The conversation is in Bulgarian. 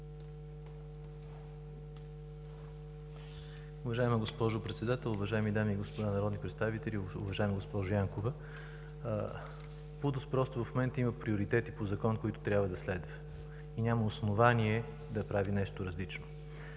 Уважаема госпожо Председател, уважаеми дами и господа народни представители, уважаема госпожо Янкова! ПУДООС в момента има приоритети по Закон, които трябва да следва. И няма основание да прави нещо различно.